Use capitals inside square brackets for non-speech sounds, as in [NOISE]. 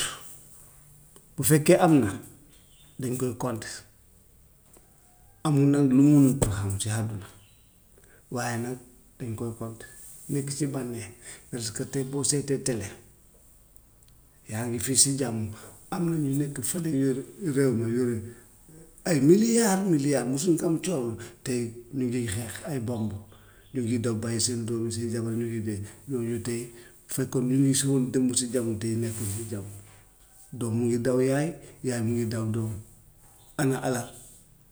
[NOISE] bu fekkee am na dañ koy compter, am na lu ñuy mun ti xam ci àdduna waaye nag dañ koy compter. [NOISE] Nekk ci bànneex presque [NOISE] tey boo seetee tele yaa ngi fii si jàmm, am na ñu nekk fële ñu réew ma yore ay milliards milliards mosuñ ko am coono, tey ñu ngi xeex ay bombes, ñu ngi daw bàyyi seen doom yi, seen jabar ñu ngi dee, ñooñu tey bu fekkoon ñu ngi si woon démb si jàmm, tey [NOISE] nekkuñ si jàmm. Doom mu ngi daw yaay, yaay mu ngi daw doom, ana alal,